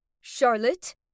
Charlotte